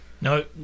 No